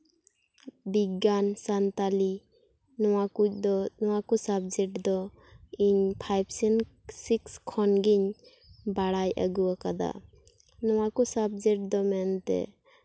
ᱵᱤᱜᱽᱜᱟᱱ ᱥᱟᱱᱛᱟᱲᱤ ᱱᱚᱣᱟ ᱠᱚ ᱫᱚ ᱱᱚᱣᱟ ᱠᱚ ᱥᱟᱵᱡᱮᱠᱴ ᱫᱚ ᱤᱧ ᱯᱷᱟᱭᱤᱵ ᱥᱤᱠᱥ ᱠᱷᱚᱱ ᱜᱤᱧ ᱵᱟᱲᱟᱭ ᱟᱜᱩᱣᱟᱠᱟᱫᱟ ᱱᱚᱣᱟ ᱠᱚ ᱥᱟᱵᱡᱮᱠᱴ ᱫᱚ ᱢᱮᱱᱛᱮ